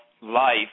life